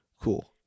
Cool